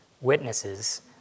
witnesses